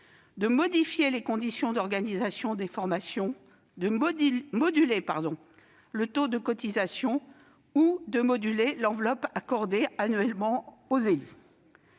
de modifier les conditions d'organisation des formations, de moduler le taux de cotisation ou de moduler l'enveloppe accordée annuellement aux élus.